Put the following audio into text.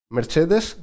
Mercedes